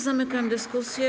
Zamykam dyskusję.